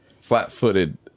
Flat-footed